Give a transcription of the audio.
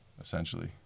essentially